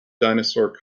dinosaur